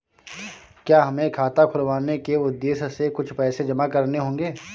क्या हमें खाता खुलवाने के उद्देश्य से कुछ पैसे जमा करने होंगे?